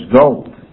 gold